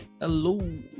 Hello